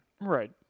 right